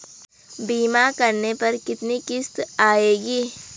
बीमा करने पर कितनी किश्त आएगी?